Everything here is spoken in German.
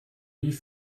wie